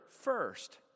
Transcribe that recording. first